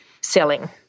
selling